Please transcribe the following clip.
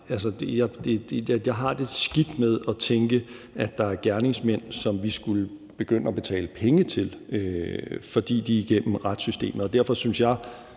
Jeg har det skidt med at tænke, at der er gerningsmænd, som vi skulle begynde at betale penge til, fordi de er igennem retssystemet. Og derfor synes jeg,